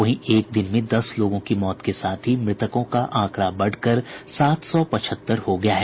वहीं एक दिन में दस लोगों की मौत के साथ ही मृतकों का आंकड़ा बढ़कर सात सौ पचहत्तर हो गया है